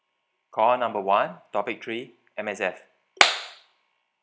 call number one topic three M_S_F